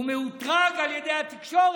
הוא מאותרג על ידי התקשורת